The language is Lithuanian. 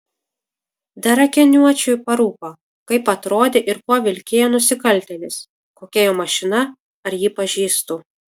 dar akiniuočiui parūpo kaip atrodė ir kuo vilkėjo nusikaltėlis kokia jo mašina ar jį pažįstu